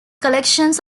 collections